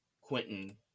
Quentin